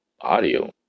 audio